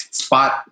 spot